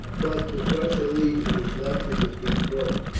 but to crush a legion is not to defeat rome.